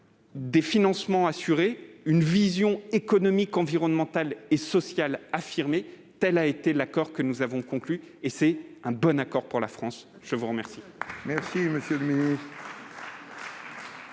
des financements assurés, une vision économique, environnementale et sociale affirmée : tel est le contenu de l'accord que nous avons conclu, et c'est un bon accord pour la France ! La parole